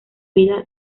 vida